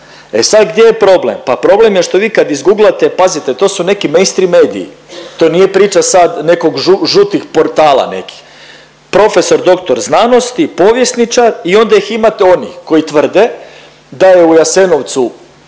E sad gdje je problem, pa problem je što vi kad izguglate pazite to su ne mainstream mediji, to nije priča sad nekog žutih portala nekih. Profesor doktor znanosti i povjesničar i onda ih imate onih koji tvrde da je u Jasenovcu